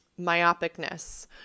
myopicness